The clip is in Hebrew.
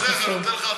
אני עוזר לך,